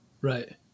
right